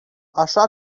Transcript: așa